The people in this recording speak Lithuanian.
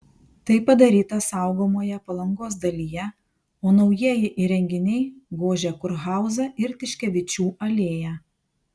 tai padaryta saugomoje palangos dalyje o naujieji įrenginiai gožia kurhauzą ir tiškevičių alėją